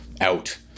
out